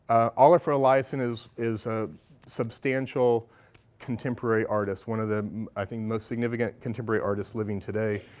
olafur eliasson is is a substantial contemporary artist, one of the i think most significant contemporary artist living today.